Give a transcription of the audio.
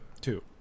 Two